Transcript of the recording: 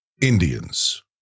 Indians